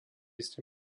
ste